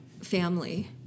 family